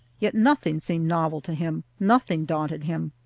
yet nothing seemed novel to him, nothing daunted him.